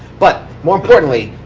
but more importantly,